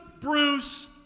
Bruce